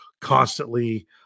constantly